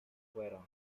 fueron